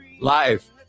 live